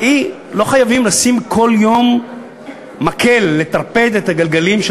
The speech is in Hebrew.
לא חייבים לשים כל יום מקל בגלגלים של